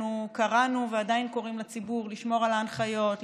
אנחנו קראנו ועדיין קוראים לציבור לשמור על ההנחיות,